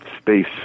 space